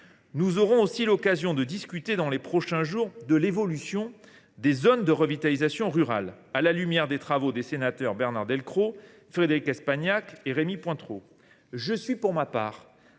Nous aurons aussi l’occasion de discuter dans les prochains jours de l’évolution des zones de revitalisation rurale (ZRR), à la lumière des travaux des sénateurs Bernard Delcros, Frédérique Espagnac et Rémy Pointereau.